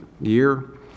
year